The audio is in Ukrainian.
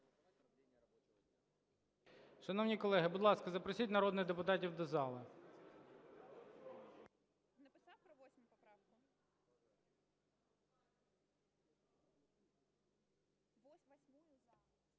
Шановні колеги, будь ласка, запросіть народних депутатів до зали.